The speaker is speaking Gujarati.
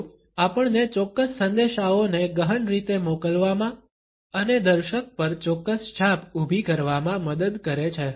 તેઓ આપણને ચોક્કસ સંદેશાઓને ગહન રીતે મોકલવામાં અને દર્શક પર ચોક્કસ છાપ ઊભી કરવામાં મદદ કરે છે